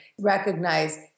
recognize